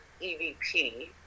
EVP